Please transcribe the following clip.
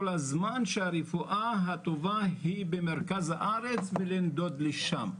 הזמן שהרפואה הטובה היא במרכז הארץ ולנדוד לשם.